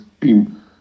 team